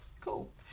cool